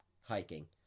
hiking